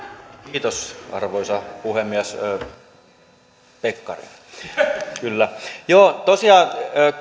kiitos arvoisa puhemies pekkarinen kyllä joo tosiaan